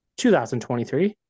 2023